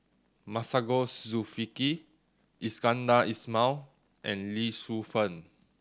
Masagos Zulkifli Iskandar Ismail and Lee Shu Fen